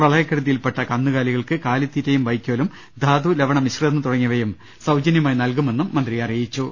പ്രളയകെടുതിയിൽപ്പെട്ട കന്നുകാലികൾക്ക് കാലി ത്തീറ്റയും വൈക്കോലും ധാതുലവണ മിശ്രിതം തുടങ്ങിയവയും സൌജന്യമായി നൽകുമെന്നും മന്ത്രി പറഞ്ഞു